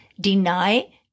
deny